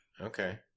Okay